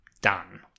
done